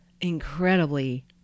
incredibly